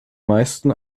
meisten